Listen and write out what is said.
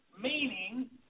meaning